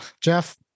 Jeff